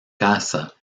casa